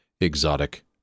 exotic